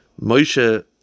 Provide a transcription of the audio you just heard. Moshe